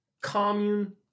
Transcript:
commune